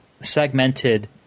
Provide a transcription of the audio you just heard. segmented